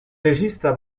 regista